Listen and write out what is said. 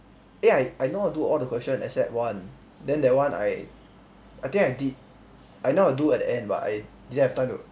eh I I know how to do all the question except one then that one I I think I did I know how to do at the end but I didn't have time to